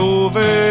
over